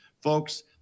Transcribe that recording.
folks